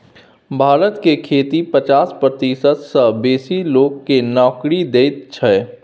भारत के खेती पचास प्रतिशत सँ बेसी लोक केँ नोकरी दैत छै